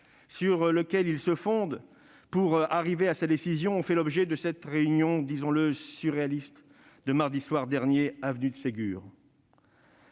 sur lesquels il se fonde pour arrêter sa décision ont fait l'objet de cette réunion, disons-le, surréaliste, mardi soir dernier, avenue de Ségur.